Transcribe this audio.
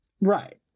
Right